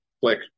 Click